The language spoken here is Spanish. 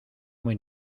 muy